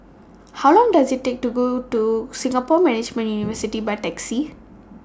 How Long Does IT Take to Go to Singapore Management University By Taxi